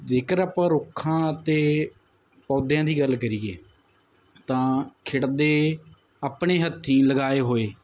ਜੇਕਰ ਆਪਾਂ ਰੁੱਖਾਂ ਅਤੇ ਪੌਦਿਆਂ ਦੀ ਗੱਲ ਕਰੀਏ ਤਾਂ ਖਿੜਦੇ ਆਪਣੇ ਹੱਥੀ ਲਗਾਏ ਹੋਏ